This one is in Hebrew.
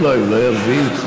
אולי הרביעית.